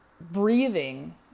breathing